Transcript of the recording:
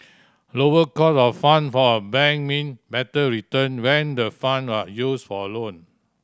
lower cost of fund for a bank mean better return when the fund are used for loan